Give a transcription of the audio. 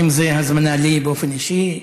אם זו הזמנה לי באופן אישי,